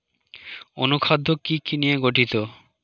অনুখাদ্য কি কি নিয়ে গঠিত?